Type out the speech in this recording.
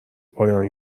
پایان